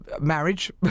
Marriage